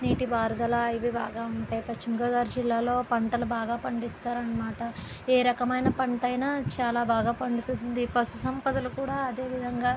నీటిపారుదల అవి బాగా ఉంటాయి పశ్చిమగోదావరి జిల్లాలో పంటలు బాగా పండిస్తారు అన్నమాట ఏ రకమైన పంట అయినా చాలా బాగా పండుతుంది పశుసంపదలు కూడా అదే విధంగా